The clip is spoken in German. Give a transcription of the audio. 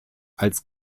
als